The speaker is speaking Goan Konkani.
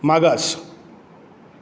मागास